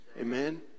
amen